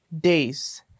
days